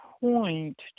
point